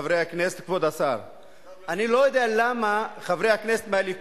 שפרופסור אריה רטנר מאוניברסיטת חיפה כבר לפני כמה שנים מצא: